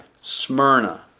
Smyrna